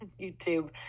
youtube